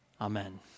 Amen